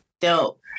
Dope